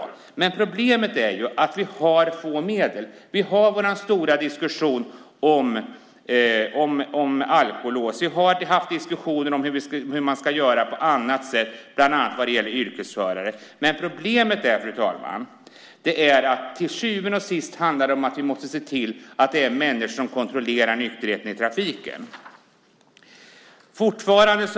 Problemet är att vi har få medel. Vi har vår stora diskussion om alkolås. Vi har haft diskussionen om hur man ska göra bland annat när det gäller yrkesförare. Problemet är att vi till syvende och sist måste se till att det är människor som kontrollerar nykterheten i trafiken.